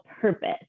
purpose